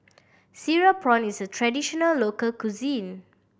cereal prawn is a traditional local cuisine